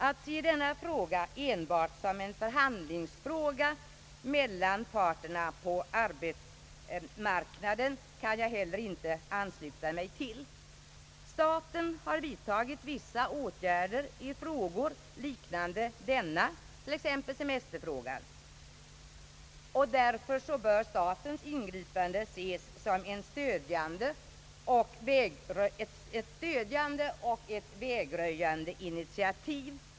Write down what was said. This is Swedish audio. Att se denna fråga enbart såsom en förhandlingsfråga mellan parterna på arbetsmarknaden kan jag inte heller ansluta mig till. Staten har vidtagit vissa åtgärder liknande dessa t.ex. i semesterfrågan, och därför bör statens ingripande ses som ett stödjande och vägröjande initiativ.